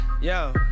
Yo